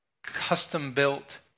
custom-built